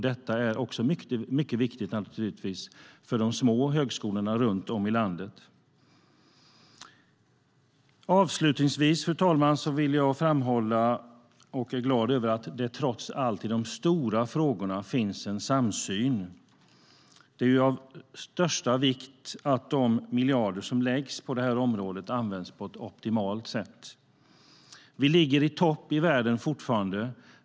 Detta är också mycket viktigt för de små högskolorna runt om i landet. Fru talman! Jag är glad över att det, trots allt, i de stora frågorna finns en samsyn. Det är av största vikt att de miljarder som läggs på området används på ett optimalt sätt. Vi ligger fortfarande i topp i världen.